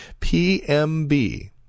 PMB